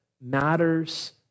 matters